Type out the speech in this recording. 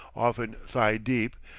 often thigh-deep,